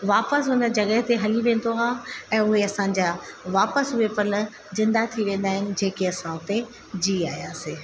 वापिसि उन जॻह ते हली वेंदो आहे ऐं उहे असांजा वापिसि उहे पल जिंदा थी वेंदा आहिनि जेके असां उते जी आयासीं